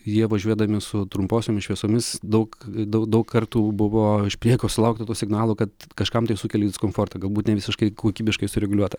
jie važiuodami su trumposiomis šviesomis daug daug daug kartų buvo iš priekio sulaukdavo signalų kad kažkam tai sukelia diskomfortą galbūt nevisiškai kokybiškai sureguliuota